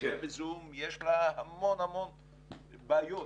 שיש לה המון המון בעיות,